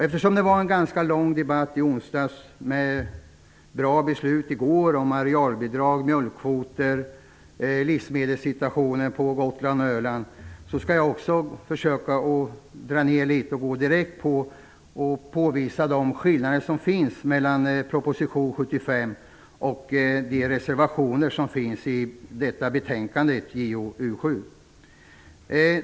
Eftersom det var en ganska lång debatt i onsdags och bra beslut i går om arealbidrag, mjölkkvoter och livsmedelssituationen på Gotland och Öland skall också jag försöka dra ned på mitt anförande och gå direkt på skillnaderna mellan proposition nr 75 och de reservationer som finns i det betänkande som vi nu behandlar, alltså JoU7.